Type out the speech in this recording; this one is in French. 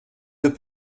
deux